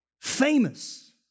famous